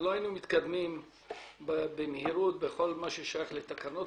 לא היינו מתקדמים במהירות בכל מה ששייך לתקנות